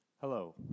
Hello